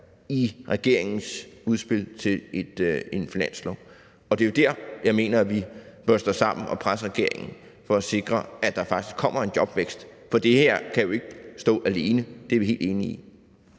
i regeringens udspil til en finanslov. Og det er jo der, jeg mener, at vi bør stå sammen og presse regeringen for at sikre, at der faktisk kommer en jobvækst. For det her kan jo ikke stå alene, det er vi helt enige i.